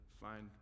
find